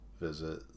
visit